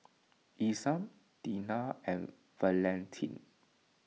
Isam Deena and Valentin